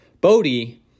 Bodhi